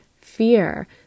fear